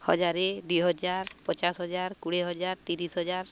ହଜାର ଦୁଇହଜାର ପଚାଶ ହଜାର କୋଡ଼ିଏ ହଜାର ତିରିଶି ହଜାର